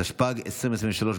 התשפ"ג 2023,